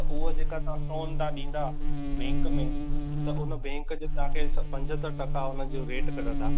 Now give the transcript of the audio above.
त उहो जेका तव्हां सोन तव्हां ॾींदा बैंक में त उन बैंक जो तव्हांखे स पंजहतरि टका उन्हनि जो रेट कढंदा